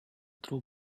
throw